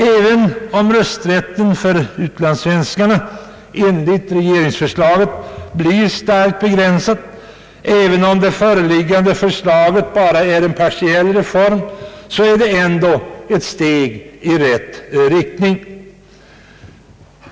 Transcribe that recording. Även om rösträtten för utlandssvenskarna enligt regeringsförslaget blir starkt begränsad, och även om det föreliggande förslaget bara är en partiell reform, så är det ändå ett steg i rätt riktning.